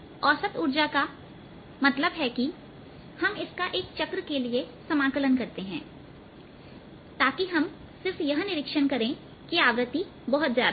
औसत ऊर्जा का मतलब है कि हम इसका एक चक्र के लिए समाकलन करते हैंताकि हम सिर्फ यह निरीक्षण करें कि आवृत्ति बहुत ज्यादा है